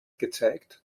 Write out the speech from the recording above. gezeigt